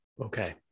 okay